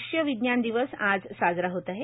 राष्ट्रीय विज्ञान दिवस आज साजरा होत आहे